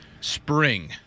spring